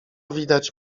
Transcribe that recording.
widać